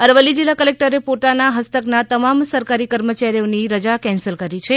અરવલ્લી જિલ્લા કલેકટરે પોતાના હસ્તક ના તમામ સરકારી કર્મચારીઓ ની રજા કેન્સલ કરી છે